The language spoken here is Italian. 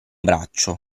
braccio